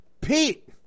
Pete